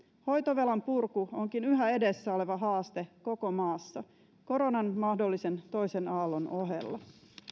hoitovelan purku onkin yhä edessä oleva haaste koko maassa koronan mahdollisen toisen aallon ohella